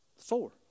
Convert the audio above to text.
Four